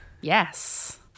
yes